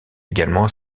également